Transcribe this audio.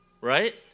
right